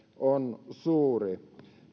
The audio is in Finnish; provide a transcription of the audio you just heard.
on suuri